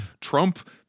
Trump